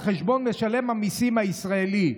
על חשבון משלם המיסים הישראלי?